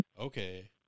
Okay